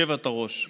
היושבת-ראש,